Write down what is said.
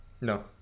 No